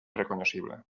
recognoscible